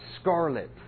scarlet